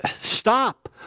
stop